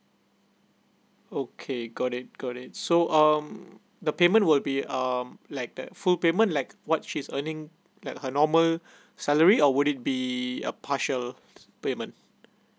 okay got it got it so um the payment will be um like the full payment like what she's earning like her normal salary or would it be a partial payment